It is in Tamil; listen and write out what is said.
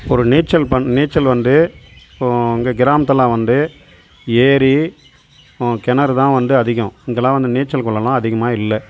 ஒரு நீச்சல் பண் நீச்சல் வந்து உங்கள் கிராமத்தில் வந்து ஏரி கிணறு தான் வந்து அதிகம் இங்கேல்லாம் வந்து நீச்சல் குளம்லாம் அதிகமாக இல்லை